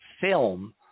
film